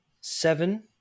seven